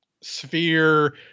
Sphere